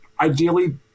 ideally